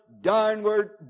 downward